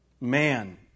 man